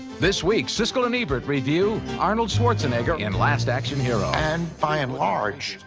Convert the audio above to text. this week, siskel and ebert review arnold schwarzenegger in last action hero. and by and large,